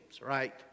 right